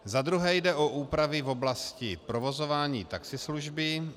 Za druhé jde o úpravy v oblasti provozování taxislužby.